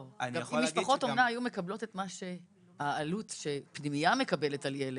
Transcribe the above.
משפחות אומנה היו מקבלות את העלות שפנימייה הייתה מקבלת לילד,